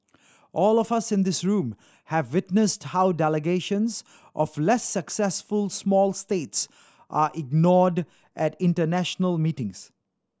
all of us in this room have witnessed how delegations of less successful small states are ignored at international meetings